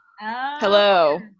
hello